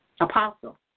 apostle